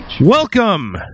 welcome